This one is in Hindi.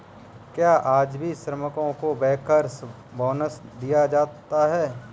क्या आज भी श्रमिकों को बैंकर्स बोनस दिया जाता है?